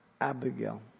Abigail